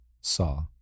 saw